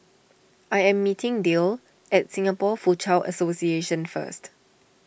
I am meeting Dale at Singapore Foochow Association first